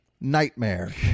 nightmare